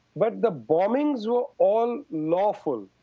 but the bombings were all lawful.